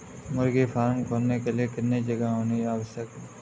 मुर्गी फार्म खोलने के लिए कितनी जगह होनी आवश्यक है?